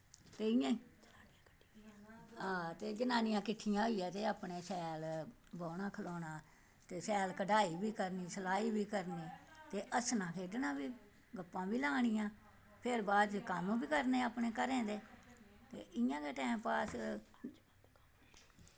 ते इ'यां ते बनानियां किट्ठियां होइयै अपने शैल बौह्ना खड़ौना ते शैल कढ़ाई बी करनी ते सिलाई बी करनी ते हस्सना खेढ़ना बी गप्पां बी लानियां ते ओह्दे बाद च अपने कम्म बी करने घरें दे ते इ'यां गै टैम पास